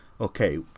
okay